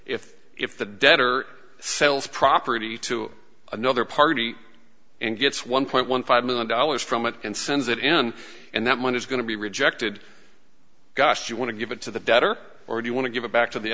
if if the debtor sells property to another party and gets one point one five million dollars from it and sends it in and that money is going to be rejected gosh you want to give it to the better or do you want to give it back to the